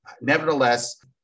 Nevertheless